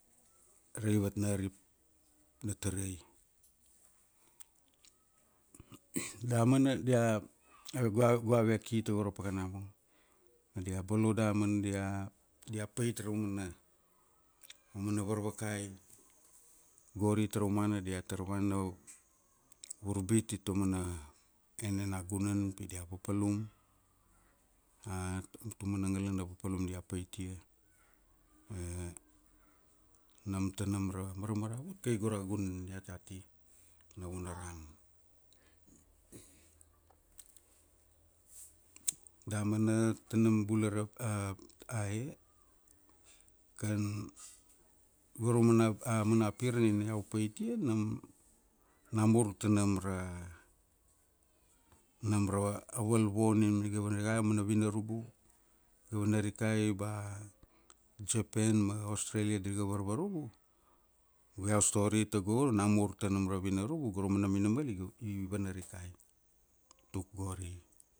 raivat na rip na tarai. Damana dia, ave, go ave go ave ki tago ra pakana bung, ma dia bolo damana. Dia pait ra umana, aumana varvakai, gori taraumana diatar vana vurbit tai taumana, enena gunan pi dia papalum. Taumana ngalana papalum dia paitia. Nam tanam ra maramaravut kai go ra gunan iat ati, Navunaram. Damana, tanam bula ra e, kan, go ra mana, a mana pir nina iau paitia nam, namur tanam ra, nam ra Wolrd war nina iga vanarikai. Aumana vinarubu, iga vanarikai ba Japan ma Australia dir ga varvarubu, go iau story tago namur tanam ra vina rubu, go ra mana minamal iga, i vana rikai.